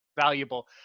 valuable